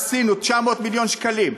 עשינו: 900 מיליון שקלים.